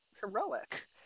heroic